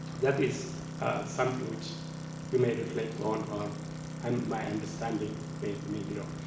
that is something which you may reflect on or um my understanding may may be wrong.